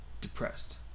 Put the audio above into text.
depressed